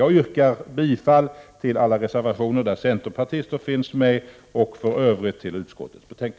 Jag yrkar bifall till alla reservationer där centerpartister finns med och i övrigt till utskottets hemställan.